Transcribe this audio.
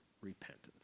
repentance